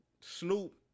Snoop